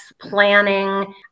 planning